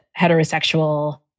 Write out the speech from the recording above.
heterosexual